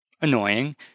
annoying